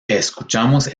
escuchamos